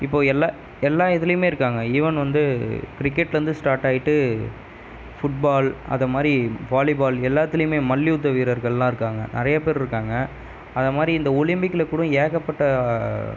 இப்போ எல்லா எல்லா இதுலேயுமே இருக்காங்கள் ஈவென் வந்து கிரிக்கெட்லேருந்து ஸ்டாட் ஆயிட்டு ஃபுட்பால் அதை மாதிரி வாலிபால் எல்லாத்துலேயுமே மல்யுத்த வீரர்கள்லாம் இருக்காங்கள் நிறைய பேர் இருக்காங்கள் அதை மாதிரி இந்த ஒலிம்பிக்யில் கூடம் ஏகப்பட்ட